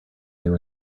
there